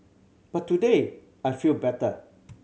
but today I feel better